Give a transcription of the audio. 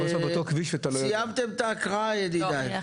סיימתם את ההקראה, ידידיי?